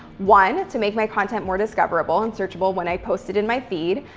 one, to make my content more discoverable and searchable when i post it in my feed,